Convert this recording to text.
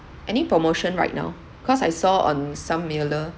any promotion right now cause I saw on some mailer